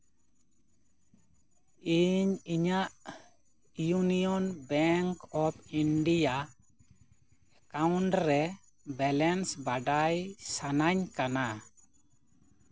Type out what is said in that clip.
ᱤᱧ ᱤᱧᱟᱹᱜ union bank of India account ᱨᱮ ᱵᱮᱞᱮᱱᱥ ᱵᱟᱰᱟᱭ ᱥᱟᱱᱟᱧ ᱠᱟᱱᱟ